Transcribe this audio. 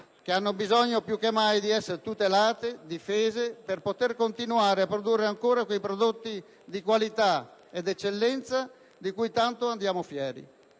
che hanno bisogno più che mai di essere tutelate, difese, per continuare a produrre quei prodotti di qualità e di eccellenza di cui tanto andiamo fieri.